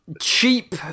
Cheap